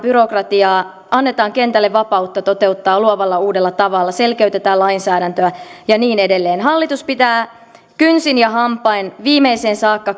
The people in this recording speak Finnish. byrokratiaa antaa kentälle vapautta toteuttaa asioita luovalla uudella tavalla selkeyttää lainsäädäntöä ja niin edelleen hallitus pitää kynsin ja hampain viimeiseen saakka